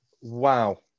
Wow